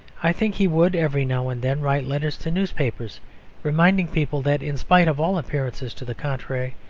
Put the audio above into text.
i think he would every now and then write letters to newspapers reminding people that, in spite of all appearances to the contrary,